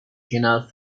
cannot